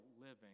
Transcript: living